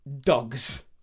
dogs